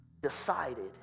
decided